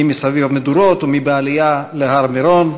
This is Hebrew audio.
מי סביב המדורות ומי בעלייה להר מירון.